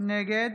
נגד